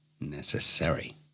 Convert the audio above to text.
necessary